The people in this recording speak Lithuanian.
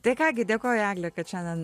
tai ką gi dėkoju egle kad šiandien